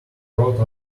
brought